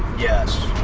yes